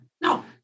No